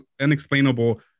unexplainable